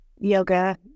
yoga